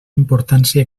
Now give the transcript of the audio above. importància